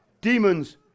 Demons